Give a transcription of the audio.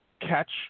catch